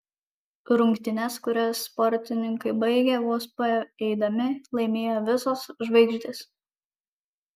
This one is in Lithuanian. rungtynes kurias sportininkai baigė vos paeidami laimėjo visos žvaigždės